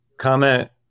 comment